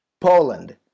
Poland